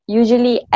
usually